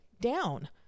down